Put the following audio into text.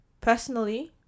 Personally